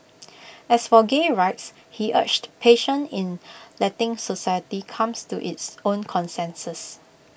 as for gay rights he urged patience in letting society comes to its own consensus